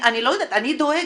אני לא יודעת, אני דואגת.